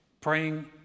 Praying